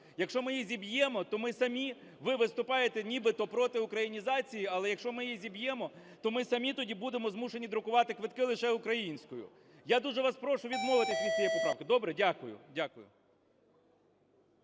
Якщо ми її зіб'ємо, то ми самі… Ви виступаєте нібито проти українізації, але, якщо ми її зіб'ємо, то ми самі тоді будемо змушені друкувати квитки лише українською. Я дуже прошу вас прошу відмовитись від цієї поправки. Добре? Дякую.